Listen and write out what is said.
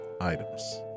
items